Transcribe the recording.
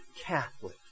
Catholic